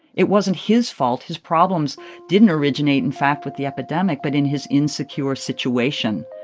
it wasn't his fault. his problems didn't originate, in fact, with the epidemic but in his insecure situation,